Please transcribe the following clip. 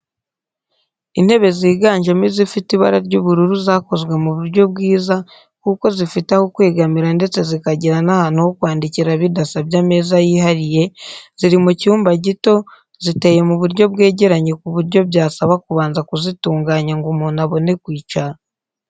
Intebe ziganjemo izifite ibara ry'ubururu zakozwe mu buryo bwiza kuko zifite aho kwegamira ndetse zikagira n'ahantu ho kwandikira bidasabye ameza yihariye, ziri mu cyumba gito, ziteye mu buryo bwegeranye ku buryo byasaba kubanza kuzitunganya ngo umuntu abone kwicara.